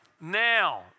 now